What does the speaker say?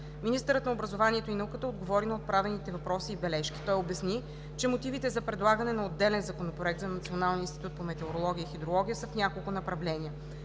Министърът на образованието и науката отговори на отправените въпроси и бележки. Той обясни, че мотивите за предлагане на отделен законопроект за Националния институт по метеорология и хидрология са в няколко направления.